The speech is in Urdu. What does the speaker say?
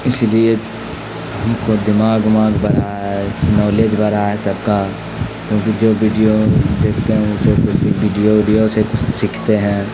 اسی لیے ہم کو دماغ وماغ بڑھا ہے نالج بڑھا ہے سب کا کیونکہ جو ویڈیو میں دیکھتے ہیں اسے اسی ویڈیو ویڈیو سے سیکھتے ہیں